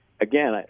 again